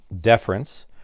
deference